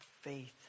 faith